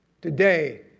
Today